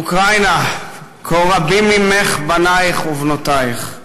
אוקראינה, כה רבים ממך, בנייך ובנותייך.